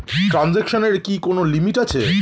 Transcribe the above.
ট্রানজেকশনের কি কোন লিমিট আছে?